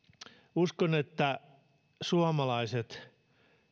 uskon että suomalaiset